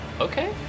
Okay